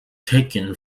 taken